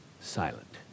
silent